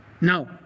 no